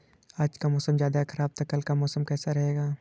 आज का मौसम ज्यादा ख़राब था कल का कैसा रहेगा?